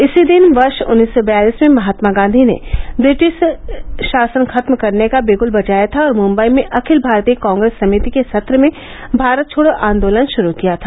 इसी दिन वर्ष उन्नीस सौ बयालिस में महात्मा गांधी ने ब्रिटिश शासन खत्म करने का बिगल बजाया था और मंबई में अखिल भारतीय कांग्रेस समिति के सत्र में भारत छोड़ो आंदोलन शुरू किया था